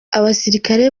abasirikare